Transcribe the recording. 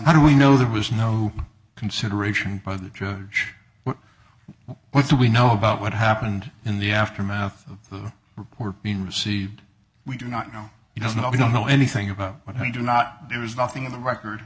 how do we know there was no consideration by the judge well what do we know about what happened in the aftermath of the report being received we do not know you don't know we don't know anything about what we do not there is nothing in the record